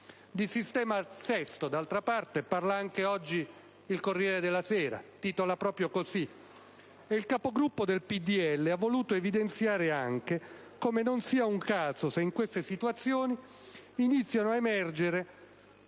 Di «sistema Sesto», d'altra parte, parla oggi anche il «Corriere della Sera», che titola proprio così! Il Capogruppo del PdL ha voluto evidenziare anche come non sia un caso se in queste situazioni iniziano ad emergere